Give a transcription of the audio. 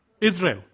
Israel